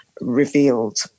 revealed